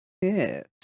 Yes